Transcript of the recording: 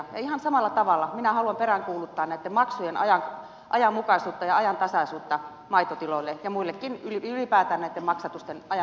ja ihan samalla tavalla minä haluan peräänkuuluttaa näitten maksujen ajanmukaisuutta ja ajantasaisuutta maitotiloille ja muillekin ylipäätään näitten maksatusten ajantasaisuutta